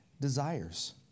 desires